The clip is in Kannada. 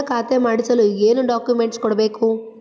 ಹೊಸ ಖಾತೆ ಮಾಡಿಸಲು ಏನು ಡಾಕುಮೆಂಟ್ಸ್ ಕೊಡಬೇಕು?